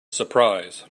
surprise